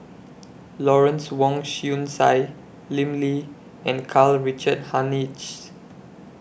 Lawrence Wong Shyun Tsai Lim Lee and Karl Richard Hanitsch